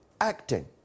acting